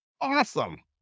awesome